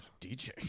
DJ